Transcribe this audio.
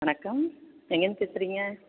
வணக்கம் எங்கேயிருந்து பேசுகிறீங்க